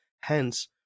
hence